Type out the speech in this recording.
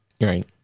right